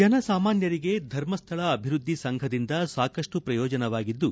ಜನಸಾಮಾನ್ಕರಿಗೆ ಧರ್ಮಸ್ಥಳ ಅಭಿವೃದ್ಧಿ ಸಂಘದಿಂದ ಸಾಕಷ್ಟು ಪ್ರಯೋಜನವಾಗಿದ್ದು